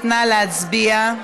נא להצביע.